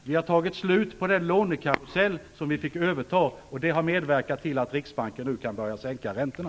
Vi har gjort slut på den lånekarusell som vi fick överta, och det har medverkat till att Riksbanken nu kan börja sänka räntorna.